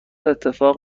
اتفاق